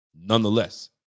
nonetheless